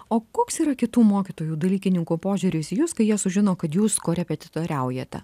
o koks yra kitų mokytojų dalykininkų požiūris į jus kai jie sužino kad jūs korepetitoriaujate